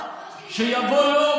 שיבוא יום,